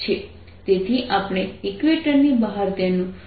તેથી આપણે ઇક્વેટર ની બહાર તેનું વિદ્યુતક્ષેત્ર જાણવા માગીએ છીએ